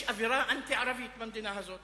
יש אווירה אנטי-ערבית במדינה הזאת.